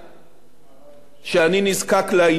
שאני נזקק לעניין, ואנחנו